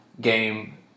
Game